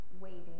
waiting